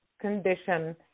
condition